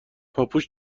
پاپوش